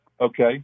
Okay